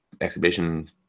exhibition